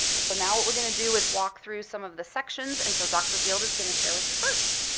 and so now what we're going to do is walk through some of the sections. and so dr. field is going to share with you first.